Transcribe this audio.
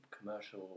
commercial